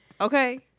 Okay